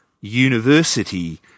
university